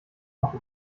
noch